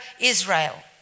Israel